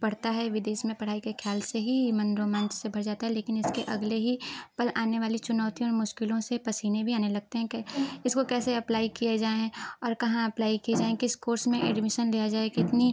पड़ता है विदेश में पढ़ाई के ख्याल से ही मन रोमांच से भर जाता है लेकिन इसके अगले ही पल आने वाली चुनौतियों और मुश्किलों से पसीने भी आने लगते हैं इसको कैसे अप्लाइ किए जाएँ और कहाँ अप्लाइ किए जाएँ किस कोर्स में एडमीसन लिया जाए कितनी